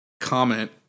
comment